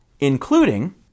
including